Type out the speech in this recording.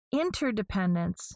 interdependence